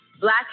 Black